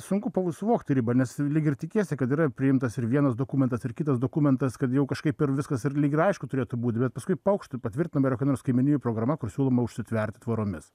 sunku suvokti ribą nes lyg ir tikiesi kad yra priimtas ir vienas dokumentas ir kitas dokumentas kad jau kažkaip ir viskas ir lyg ir aišku turėtų būt bet paskui paukšt ir patvirtinama kokia nors kaimynijų programa kur siūloma užsitverti tvoromis